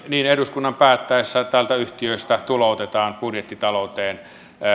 niin päättäessä yhtiöistä tuloutetaan budjettitalouteen